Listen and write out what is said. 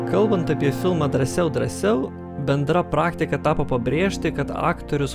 kalbant apie filmą drąsiau drąsiau bendra praktika tapo pabrėžti kad aktorius